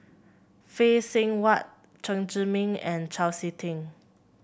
Phay Seng Whatt Chen Zhiming and Chau SiK Ting